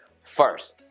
First